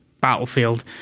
battlefield